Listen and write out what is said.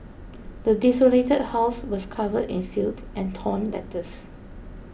the desolated house was covered in filth and torn letters